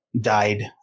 died